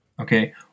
okay